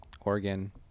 Oregon